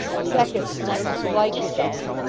a second met with the like result.